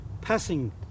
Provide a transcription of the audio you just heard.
passing